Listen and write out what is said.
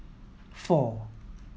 four